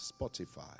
Spotify